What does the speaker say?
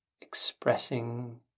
expressing